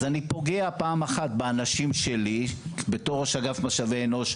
אני פוגע פעם אחת באנשים שלי בתור ראש אגף משאבי אנוש,